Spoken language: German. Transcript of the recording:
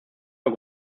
vor